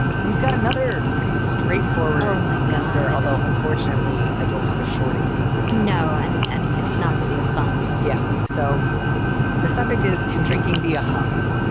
we've got another pretty straightforward oh, my god. although unfortunately, i don't have a short answer for no and and it's not going to be as fun yeah. so the subject is, is, can drinking be a hobby,